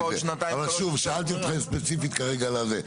אבל שוב, שאלתי אותך ספציפית כרגע על זה.